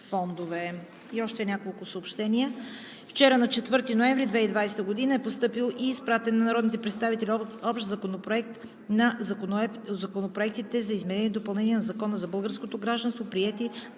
фондове. Съобщения: Вчера, на 4 ноември 2020 г., е постъпил и изпратен на народните представители Общ законопроект по законопроектите за изменение и допълнение на Закона за българското гражданство, приети